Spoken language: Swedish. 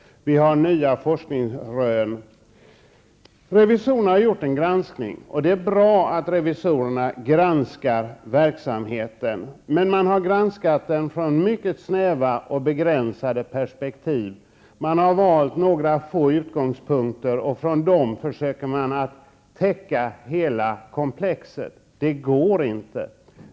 Vi har nya forskningsrön att följa upp. Revisorerna har gjort en granskning, och det är bra att de granskar verksamheten, men man har granskat den i mycket begränsade perspektiv. Man har valt några få utgångspunkter och försöker på den grunden att täcka hela komplexet. Det går inte.